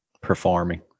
performing